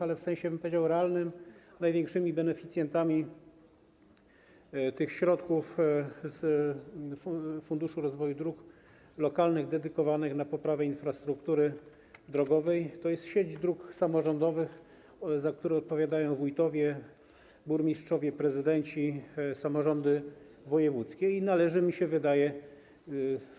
Ale w sensie, bym powiedział, realnym największym beneficjentem tych środków z funduszu rozwoju dróg lokalnych dedykowanych, przeznaczanych na poprawę infrastruktury drogowej jest sieć dróg samorządowych, za które odpowiadają wójtowie, burmistrzowie, prezydenci, samorządy wojewódzkie, i mi się wydaje, że należy.